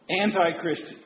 anti-Christian